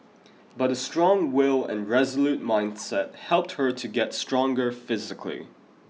but a strong will and resolute mindset helped her to get stronger physically